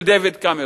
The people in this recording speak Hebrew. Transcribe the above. של דייוויד קמרון,